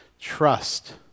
trust